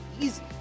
Easy